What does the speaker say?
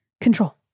control